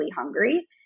hungry